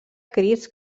crits